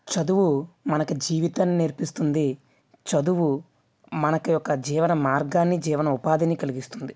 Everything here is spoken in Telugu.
చదువు మనకు జీవితాన్ని నేర్పిస్తుంది చదువు మనకి ఒక జీవన మార్గాన్ని జీవన ఉపాధిని కలిగిస్తుంది